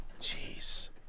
Jeez